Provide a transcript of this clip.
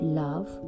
love